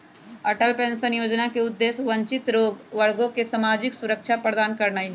Atal pension जोजना के उद्देश्य वंचित वर्गों के सामाजिक सुरक्षा प्रदान करनाइ हइ